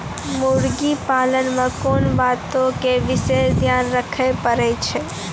मुर्गी पालन मे कोंन बातो के विशेष ध्यान रखे पड़ै छै?